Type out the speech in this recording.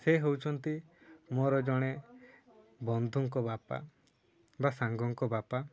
ସେ ହେଉଛନ୍ତି ମୋର ଜଣେ ବନ୍ଧୁଙ୍କ ବାପା ବା ସାଙ୍ଗଙ୍କ ବାପା